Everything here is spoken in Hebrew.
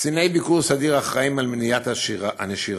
קציני ביקור סדיר אחראים למניעת נשירה,